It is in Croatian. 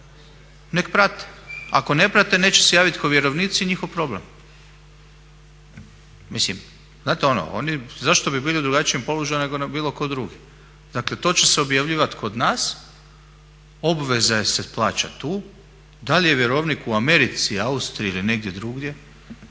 nek prate, a ako ne prate neće se javiti kao vjerovnici i njihov problem. Mislim, znate ono, zašto bi bili u drugačijem položaju nego bilo tko drugi? Dakle, to će se objavljivati kod nas, obveza se plaća tu, da li je vjerovnik u Americi, Austriji ili negdje drugdje